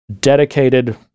dedicated